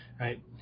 right